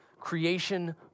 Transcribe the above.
creation